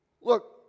Look